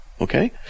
okay